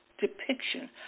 depiction